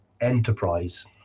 Enterprise